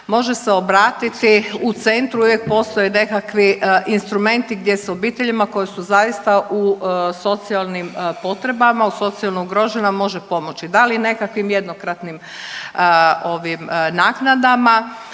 može se obratiti u centru uvijek postoje nekakvi instrumenti gdje s obiteljima koji su zaista u socijalnim potrebama, socijalno ugrožena, može pomoći. Da li nekakvim jednokratnim ovim naknadama